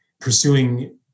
pursuing